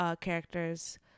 characters